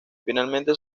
finalmente